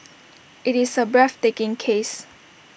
IT is A breathtaking case